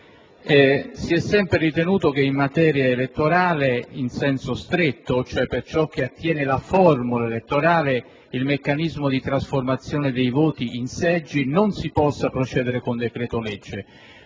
Si è sempre ritenuto che in materia elettorale in senso stretto, per ciò che attiene dunque la formula elettorale e il meccanismo di trasformazione dei voti in seggi, non si possa procedere attraverso lo